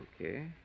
okay